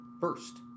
first